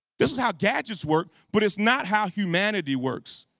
this is how gadgets work but it's not how humanity works.